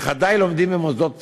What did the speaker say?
נכדי לומדים במוסדות פטור.